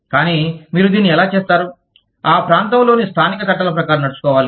కానీ మీరు దీన్ని ఎలా చేస్తారు ఆ ప్రాంతంలోని స్థానిక చట్టాల ప్రకారం నడుచుకోవాలి